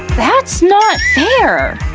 that's not fair.